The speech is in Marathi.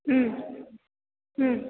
हं हं